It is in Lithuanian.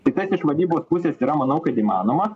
tai kas ir vadybos pusės yra manau kad įmanoma